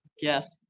yes